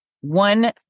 One